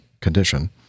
condition